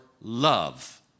love